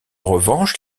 revanche